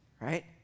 right